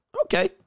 Okay